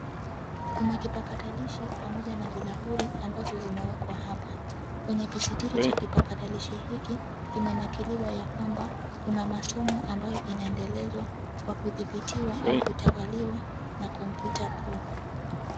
Kuna kipakatalishi pamoja na bilauri ambazo zimewekwa hapa. Kwenye kisitiri cha kipakatalishi hiki kimenakiliwa ya kwamba kuna masomo ambayo inaendelezwa kwa kudhibitiwa au kutawaliwa na kompyuta kuu.